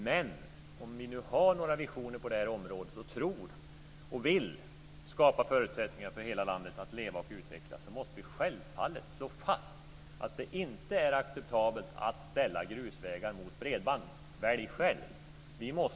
Men om vi nu har några visioner på det här området och vill skapa förutsättningar för hela landet att leva och utvecklas måste vi självfallet slå fast att det inte är acceptabelt att ställa grusvägar mot bredband. Välj själv.